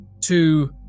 two